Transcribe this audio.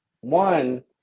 one